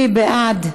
מי בעד?